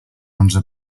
onze